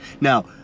Now